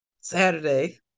Saturday